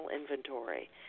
inventory